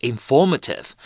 Informative